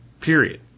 period